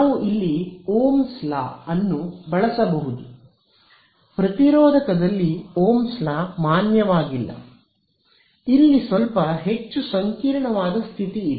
ನಾವು ಇಲ್ಲಿ Ohm's law ಅನ್ನು ಬಳಸಬಹುದು ಪ್ರತಿರೋಧಕದಲ್ಲಿ ಓಮ್ಸ್ ಲಾ ಮಾನ್ಯವಾಗಿಲ್ಲ ಇಲ್ಲಿ ಸ್ವಲ್ಪ ಹೆಚ್ಚು ಸಂಕೀರ್ಣವಾದ ಸ್ಥಿತಿ ಇದೆ